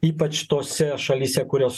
ypač tose šalyse kurios